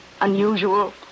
unusual